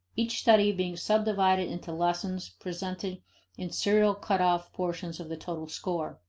each study being subdivided into lessons presenting in serial cutoff portions of the total store.